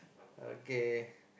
okay